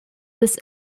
this